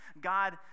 god